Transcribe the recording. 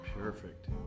Perfect